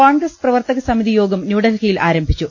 കോൺഗ്രസ് പ്രവർത്തകസമിതിയോഗം ന്യൂഡൽഹിയിൽ ആരംഭിച്ചു